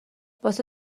واسه